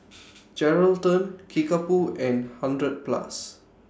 Geraldton Kickapoo and hundred Plus